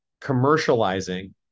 commercializing